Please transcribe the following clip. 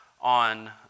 on